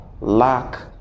lack